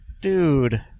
Dude